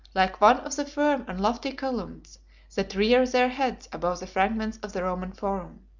like one of the firm and lofty columns that rear their heads above the fragments of the roman forum.